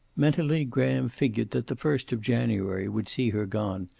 mentally graham figured that the first of january would see her gone,